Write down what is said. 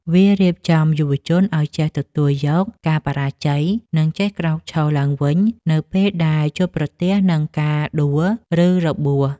វារៀបចំយុវជនឱ្យចេះទទួលយកការបរាជ័យ និងចេះក្រោកឈរឡើងវិញនៅពេលដែលជួបប្រទះនឹងការដួល ឬរបួស។